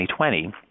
2020